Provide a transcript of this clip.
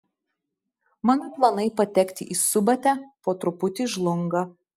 mano planai patekti į subatę po truputį žlunga